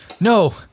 no